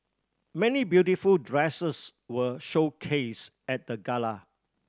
many beautiful dresses were showcase at the gala